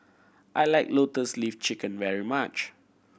I like Lotus Leaf Chicken very much